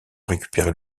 récupérer